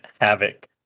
Havoc